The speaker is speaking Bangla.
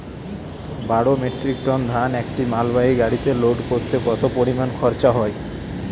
বারো মেট্রিক টন ধান একটি মালবাহী গাড়িতে লোড করতে কতো পরিমাণ খরচা হয়?